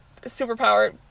Superpower